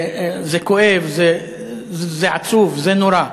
זה כואב, זה עצוב, זה נורא.